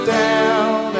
down